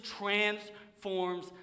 transforms